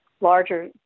larger